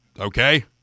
Okay